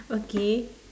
okay